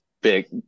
big